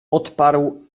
odparł